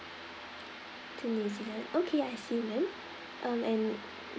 to new zealand okay I see ma'am um and